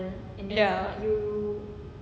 ya